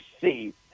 see